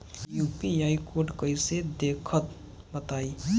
UPI code कैसे देखब बताई?